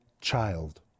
child